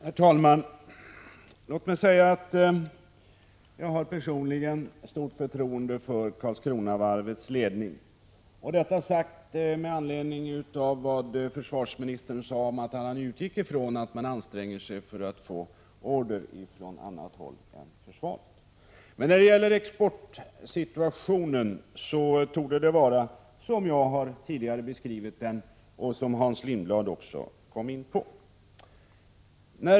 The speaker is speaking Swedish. Herr talman! Låt mig säga att jag personligen har stort förtroende för Karlskronavarvets ledning. Detta säger jag med anledning av vad försvarsministern tidigare sade om att han utgår från att varvet anstränger sig för att få order från annat håll än försvaret. Exportsituationen torde vara den som jag tidigare beskrev och som Hans Lindblad också var inne på.